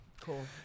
Cool